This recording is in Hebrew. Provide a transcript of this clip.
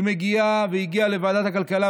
היא הגיעה לוועדת הכלכלה,